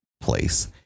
place